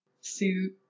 Suit